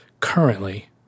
currently